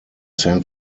san